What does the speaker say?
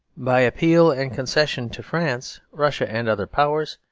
by appeals and concessions to france, russia, and other powers,